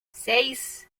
seis